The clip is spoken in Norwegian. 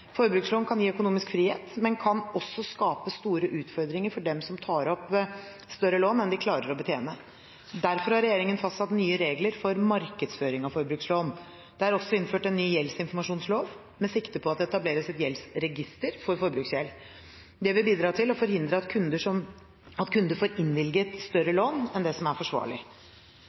Forbrukslån kan gi økonomisk frihet, men også skape store utfordringer for dem som tar opp større lån enn de klarer å betjene. Derfor har regjeringen fastsatt nye regler for markedsføring av forbrukslån. Det er også innført en ny gjeldsinformasjonslov med sikte på at det etableres et gjeldsregister for forbruksgjeld. Det vil bidra til å forhindre at kunder får innvilget større lån enn det som er forsvarlig.